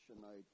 tonight